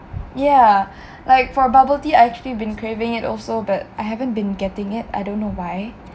yah like for bubble tea I actually been craving it also but I haven't been getting it I don't know why